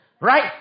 right